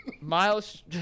Miles